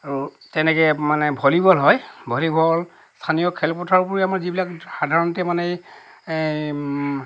আৰু তেনেকৈ মানে ভলীবল হয় ভলীবল স্থানীয় খেল পথাৰবোৰে আমাৰ যিবিলাক সাধাৰণতে মানে